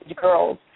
girls